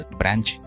branch